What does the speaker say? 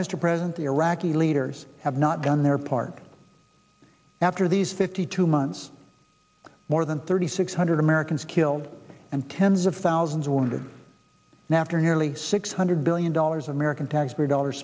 mr president the iraqi leaders have not done their part after these fifty two months more than thirty six hundred americans killed and tens of thousands wounded after nearly six hundred billion dollars american taxpayer dollars